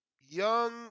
Young